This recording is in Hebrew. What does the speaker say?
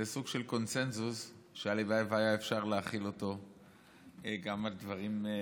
זה סוג של קונסנזוס שהלוואי שאפשר היה להחיל אותו גם על דברים אחרים.